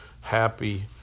happy